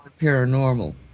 Paranormal